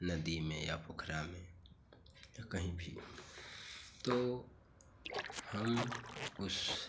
नदी में या पोखर में या कहीं भी तो हम उस